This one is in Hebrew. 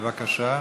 בבקשה.